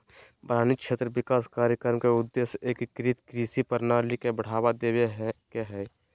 वारानी क्षेत्र विकास कार्यक्रम के उद्देश्य एकीकृत कृषि प्रणाली के बढ़ावा देवे के हई